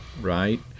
right